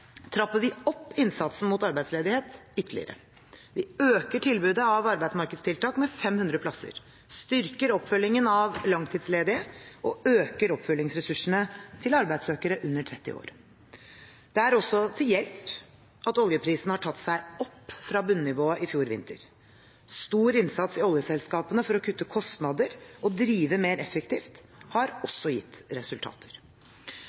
trapper vi opp innsatsen mot arbeidsledighet ytterligere. Vi øker tilbudet av arbeidsmarkedstiltak med 500 plasser, styrker oppfølgingen av langtidsledige og øker oppfølgingsressursene til arbeidssøkere under 30 år. Det er også til hjelp at oljeprisen har tatt seg opp fra bunnivåene i fjor vinter. Stor innsats i oljeselskapene for å kutte kostnader og drive mer effektivt har